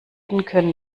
können